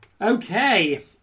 Okay